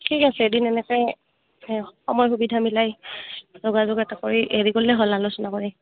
ঠিক আছে এদিন এনেকৈ সময় সুবিধা মিলাই যোগাযোগ এটা কৰি হেৰি কৰিলে হ'ল আলোচনা কৰি